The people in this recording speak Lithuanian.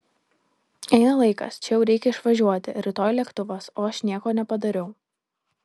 eina laikas čia jau reikia išvažiuoti rytoj lėktuvas o aš nieko nepadariau